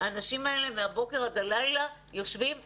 שהאנשים האלה מהבוקר עד הלילה יושבים בוועדות.